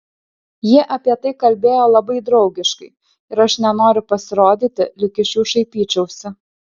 jie apie tai kalbėjo labai draugiškai ir aš nenoriu pasirodyti lyg iš jų šaipyčiausi